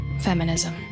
Feminism